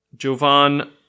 Jovan